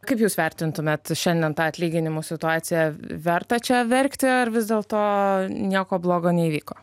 kaip jūs vertintumėt šiandien tą atlyginimų situaciją verta čia verkti ar vis dėlto nieko blogo neįvyko